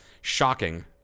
Shocking